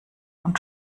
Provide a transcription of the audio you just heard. und